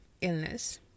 illness